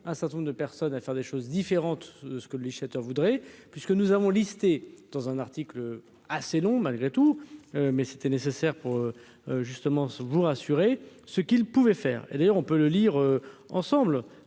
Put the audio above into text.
un certain nombre de personnes à faire des choses différentes de ce que lichette voudrez puisque nous avons listé dans un article assez long malgré tout. Mais c'était nécessaire pour justement vous rassurer, ce qu'il pouvait faire, et d'ailleurs, on peut le lire ensemble